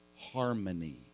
harmony